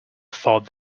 thought